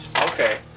Okay